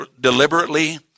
deliberately